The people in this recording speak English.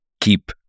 keep